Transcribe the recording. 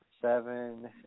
seven